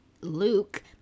Luke